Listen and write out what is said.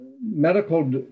medical